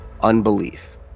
Unbelief